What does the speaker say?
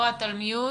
הנתונים,